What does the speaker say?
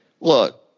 look